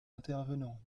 intervenant